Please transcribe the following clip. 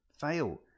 fail